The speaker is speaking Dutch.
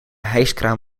hijskraan